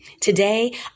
Today